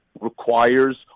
requires